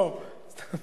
לא, סתם.